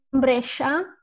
Brescia